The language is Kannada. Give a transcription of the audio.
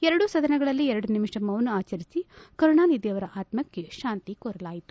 ಎರಡು ಸದನಗಳಲ್ಲಿ ಎರಡು ನಿಮಿಷ ಮೌನ ಆಚರಿಸಿ ಕರುಣಾನಿಧಿ ಅವರ ಆತಕ್ಷೆ ಶಾಂತಿಕೋರಲಾಯಿತು